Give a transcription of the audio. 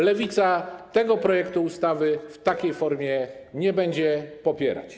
Lewica tego projektu ustawy w takiej formie nie będzie popierać.